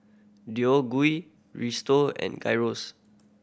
Gui Risotto and Gyros